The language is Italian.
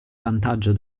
vantaggio